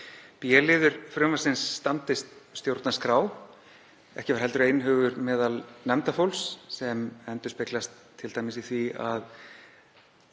1. gr. frumvarpsins stæðist stjórnarskrá. Ekki var heldur einhugur meðal nefndarfólks sem endurspeglast t.d. í því að